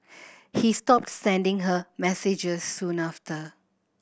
he stopped sending her messages soon after